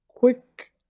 Quick